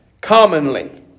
commonly